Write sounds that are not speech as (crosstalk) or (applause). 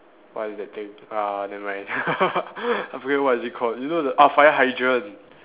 what is that thing uh never mind (laughs) I forgot what is it called you know the ah fire hydrant